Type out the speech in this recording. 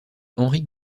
henri